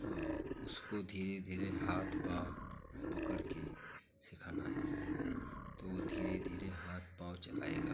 और उसको धीरे धीरे हाथ पाँव पकड़ के सिखाना है तो वह धीरे धीरे हाथ पाँव चलाएगा